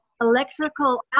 electrical